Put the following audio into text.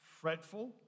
fretful